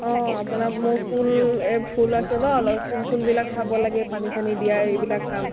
অঁ আপোনাৰ মোৰ ফুল এই ফুল আছে ন অলপ ফুল চুলবিলাক চাব লাগে পানী চানী দিয়া এইবিলাক কাম